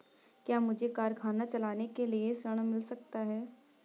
क्या मुझे कारखाना चलाने के लिए ऋण मिल सकता है?